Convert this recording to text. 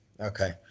Okay